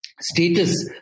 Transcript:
status